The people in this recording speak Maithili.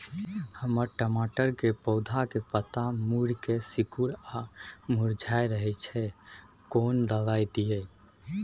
हमर टमाटर के पौधा के पत्ता मुड़के सिकुर आर मुरझाय रहै छै, कोन दबाय दिये?